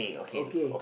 okay